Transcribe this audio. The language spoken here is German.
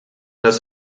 das